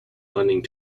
funding